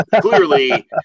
clearly